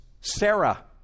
Sarah